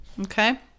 okay